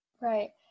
Right